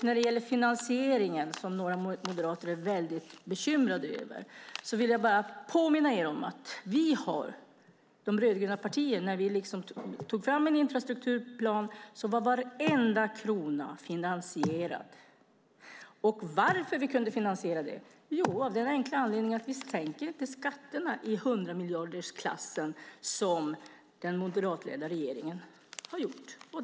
När det gäller finansieringen, som några moderater är bekymrade över, vill jag påminna er om att när de rödgröna partierna tog fram en infrastrukturplan var varenda krona finansierad. Varför kan vi finansiera? Jo, av den enkla anledningen att vi inte sänker skatterna i hundramiljardersklassen som den moderatledda regeringen har gjort.